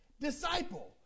Disciple